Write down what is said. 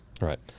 right